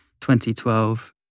2012